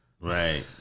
Right